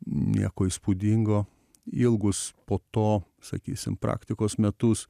nieko įspūdingo ilgus po to sakysim praktikos metus